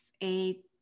eight